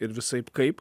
ir visaip kaip